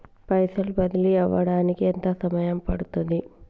పైసలు బదిలీ అవడానికి ఎంత సమయం పడుతది?